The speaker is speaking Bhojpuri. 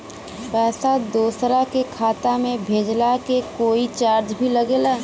पैसा दोसरा के खाता मे भेजला के कोई चार्ज भी लागेला?